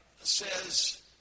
says